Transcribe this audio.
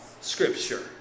Scripture